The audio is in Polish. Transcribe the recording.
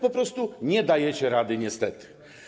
Po prostu nie dajecie rady, niestety.